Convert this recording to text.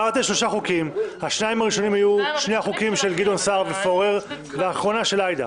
של חברת הכנסת עאידה תומא סלימאן וקבוצת חברי הכנסת.